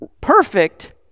perfect